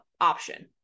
option